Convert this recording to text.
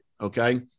Okay